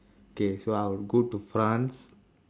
okay so I will go to france